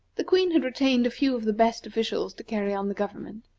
the queen had retained a few of the best officials to carry on the government,